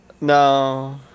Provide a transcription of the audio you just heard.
No